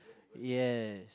yes